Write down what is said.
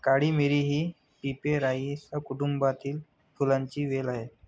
काळी मिरी ही पिपेरासाए कुटुंबातील फुलांची वेल आहे